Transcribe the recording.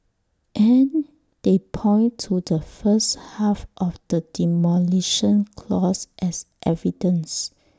and they point to the first half of the Demolition Clause as evidence